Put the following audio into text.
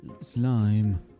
slime